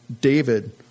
David